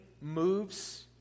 moves